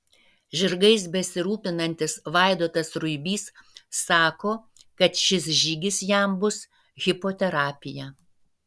žirgais besirūpinantis vaidotas ruibys sako kad šis žygis jam bus hipoterapija